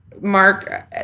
Mark